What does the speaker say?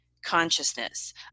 consciousness